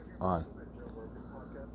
on